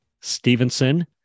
Stevenson